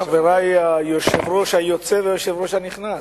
חברי היושב-ראש היוצא והיושב-ראש הנכנס,